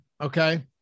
okay